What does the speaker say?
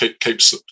keeps